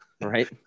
Right